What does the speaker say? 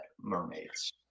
Mermaids